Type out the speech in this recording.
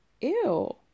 Ew